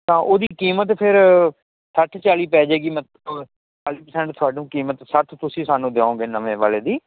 ਤਾਂ ਉਹਦੀ ਕੀਮਤ ਫੇਰ ਸੱਠ ਚਾਲੀ ਪੈ ਜਾਏਗੀ ਮਤਲਬ ਚਾਲੀ ਪਰਸੈਂਟ ਥੁਆਨੂੰ ਕੀਮਤ ਸੱਠ ਤੁਸੀਂ ਸਾਨੂੰ ਦਿਓਂਗੇ ਨਵੇਂ ਵਾਲੇ ਦੀ